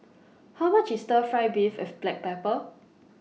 How much IS Stir Fry Beef with Black Pepper